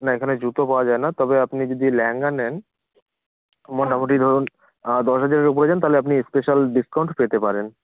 না এখানে জুতো পাওয়া যায় না তবে আপনি যদি ল্যাহেঙ্গা নেন মোটামোটি ধরুন দশ হাজারের উপরে যান তাহলে আপনি স্পেশাল ডিসকাউন্ট পেতে পারেন